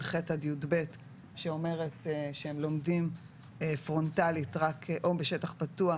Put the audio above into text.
ח' עד י"ב שאומרת שהם לומדים פרונטלית או בשטח פתוח